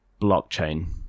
blockchain